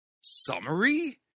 summary